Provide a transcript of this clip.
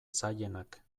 zailenak